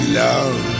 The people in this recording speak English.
love